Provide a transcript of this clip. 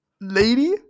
Lady